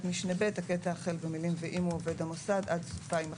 משנה (ב) הקטע החל במילים "ואם הוא עובד המוסד" עד סופה יימחק".